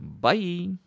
bye